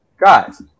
guys